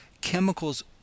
chemicals